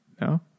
No